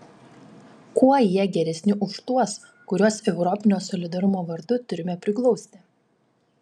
kuo jie geresni už tuos kuriuos europinio solidarumo vardu turime priglausti